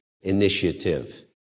initiative